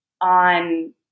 on